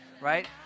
right